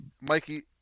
Mikey